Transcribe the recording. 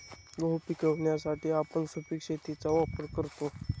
गहू पिकवण्यासाठी आपण सुपीक शेतीचा वापर करतो